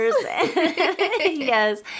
Yes